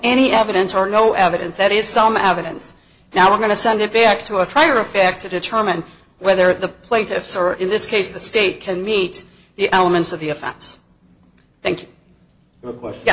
any evidence or no evidence that is some evidence now we're going to send it back to a trier of fact to determine whether the plaintiffs are in this case the state can meet the elements of